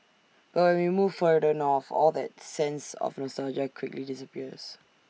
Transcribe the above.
but when we move further north all that sense of nostalgia quickly disappears